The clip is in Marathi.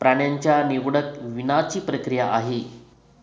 प्राण्यांच्या निवडक वीणाची प्रक्रिया आहे